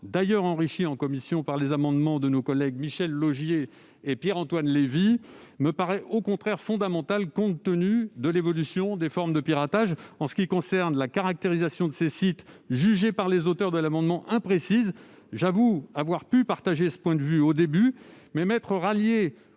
d'ailleurs enrichi en commission par les amendements de nos collègues Michel Laugier et Pierre-Antoine Levi, me paraît au contraire fondamental, compte tenu de l'évolution des formes de piratage. En ce qui concerne la caractérisation de ces sites, jugée par les auteurs de l'amendement imprécise, j'avoue avoir eu la même préoccupation au début de mes travaux,